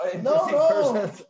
no